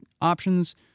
options